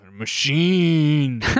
Machine